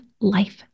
life